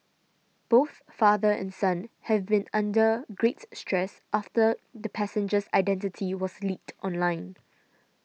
both father and son have been under great stress after the passenger's identity was leaked online